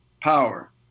power